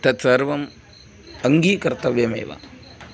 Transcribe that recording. तत्सर्वम् अङ्गीकर्तव्यमेव